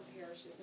parishes